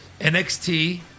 NXT